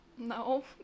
No